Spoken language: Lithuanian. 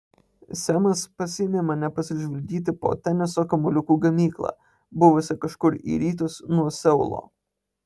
semas pasiėmė mane pasižvalgyti po teniso kamuoliukų gamyklą buvusią kažkur į rytus nuo seulo